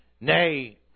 Nay